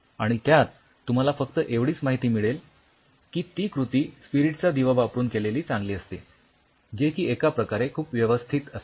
आणि त्यात तुम्हाला फक्त एवढीच माहिती मिळेल की ती कृती स्पिरीटचा दिवा वापरून केलेली चांगली असते जे की एका प्रकारे खूप व्यवस्थित असते